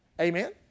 Amen